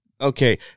okay